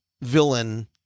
villain